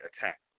attack